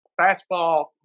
fastball